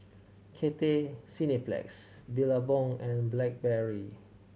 Cathay Cineplex Billabong and Blackberry